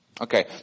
Okay